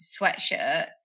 sweatshirt